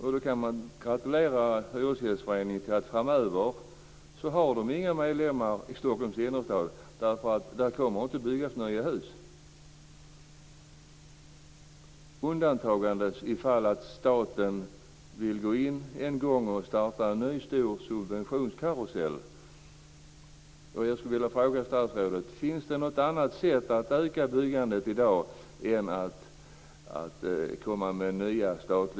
Man kan "gratulera" den här hyresgästföreningen till att den framöver inte kommer att ha några medlemmar i Stockholms innerstad, eftersom det inte kommer att byggas nya hus där. Så kan bli fallet bara om staten vill starta en ny stor subventionskarusell.